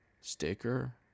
sticker